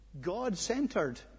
god-centered